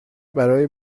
برای